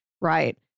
Right